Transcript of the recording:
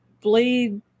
bleed